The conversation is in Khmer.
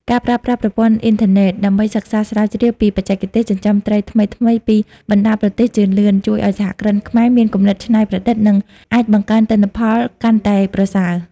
ការប្រើប្រាស់ប្រព័ន្ធអ៊ីនធឺណិតដើម្បីសិក្សាស្រាវជ្រាវពីបច្ចេកទេសចិញ្ចឹមត្រីថ្មីៗពីបណ្ដាប្រទេសជឿនលឿន ជួយឱ្យសហគ្រិនខ្មែរមានគំនិតច្នៃប្រឌិត និងអាចបង្កើនទិន្នផលបានកាន់តែប្រសើរ។